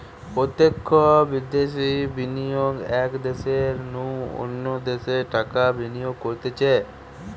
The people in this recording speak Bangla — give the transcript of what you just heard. প্রত্যক্ষ বিদ্যাশে বিনিয়োগ এক দ্যাশের নু অন্য দ্যাশে টাকা বিনিয়োগ করতিছে